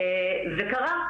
זה קרה.